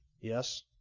Yes